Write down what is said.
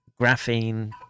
graphene